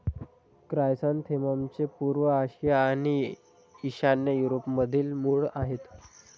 chrysanthemums पूर्व आशिया आणि ईशान्य युरोपमधील मूळ आहेत